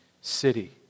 city